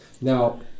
Now